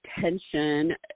tension